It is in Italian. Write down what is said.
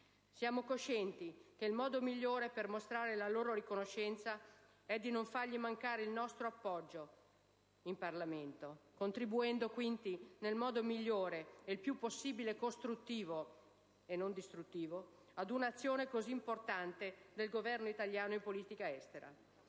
Siamo coscienti che il modo migliore per mostrare la nostra riconoscenza è non far mai mancare loro l'appoggio in Parlamento, contribuendo quindi nel modo migliore e il più costruttivo - e non distruttivo - possibile ad un'azione così importante del Governo italiano in politica estera.